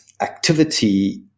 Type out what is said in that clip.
activity